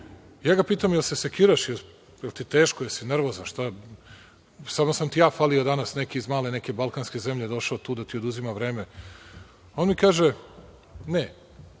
Ja ga pitam – jel se sekiraš, jel ti teško, jesi li nervozan, samo sam ti ja falio danas, neki iz male neke balkanske zemlje došao tu da ti oduzima vreme. On mi kaže – ne,